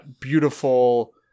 beautiful